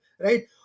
right